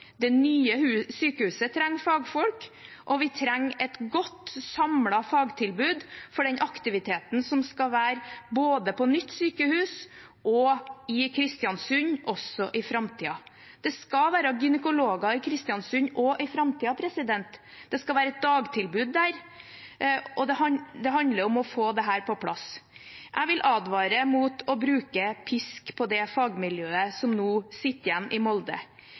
Det nye sykehuset trenger fagfolk, og vi trenger et godt, samlet fagtilbud for den aktiviteten som skal være både på nytt sykehus og i Kristiansund, også i framtiden. Det skal være gynekologer i Kristiansund også i framtiden, det skal være et dagtilbud der, og det handler om å få dette på plass. Jeg vil advare mot å bruke pisk på det fagmiljøet som nå sitter igjen i Molde.